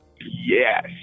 Yes